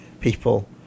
people